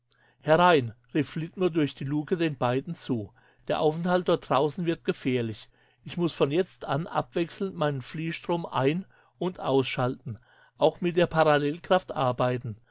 herein rief flitmore durch die lucke den beiden zu der aufenthalt dort draußen wird gefährlich ich muß von jetzt ab abwechselnd meinen fliehstrom ein und ausschalten auch mit der parallelkraft arbeiten